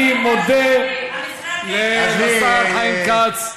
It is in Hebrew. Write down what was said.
אני מודה לשר חיים כץ,